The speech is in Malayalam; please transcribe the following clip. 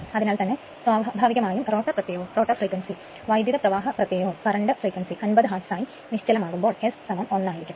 അതിനാൽ തന്നെ സ്വാഭാവികമായും റോട്ടർ പ്രത്യയവും വൈദ്യുതപ്രവാഹ പ്രത്യയവും 50 ഹാർട്സ് ആയി നിശ്ചലമാകുമ്പോൾ S 1 ആയിരിക്കും